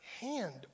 hand